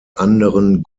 anderen